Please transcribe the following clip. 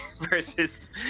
versus